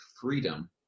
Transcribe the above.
freedom